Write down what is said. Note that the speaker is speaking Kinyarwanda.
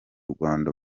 rwanda